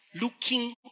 Looking